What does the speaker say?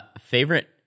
Favorite